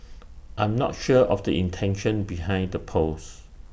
I'm not sure of the intention behind the post